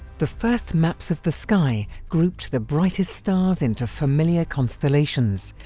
the first maps of the sky grouped the brightest stars into familiar constellations,